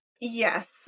Yes